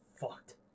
fucked